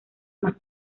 más